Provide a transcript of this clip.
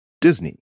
Disney